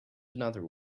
another